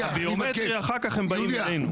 לדעתי,